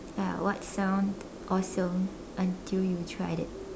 ya what sound awesome until you tried it